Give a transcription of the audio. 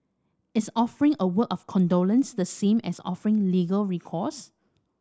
is offering a word of condolence the same as offering legal recourse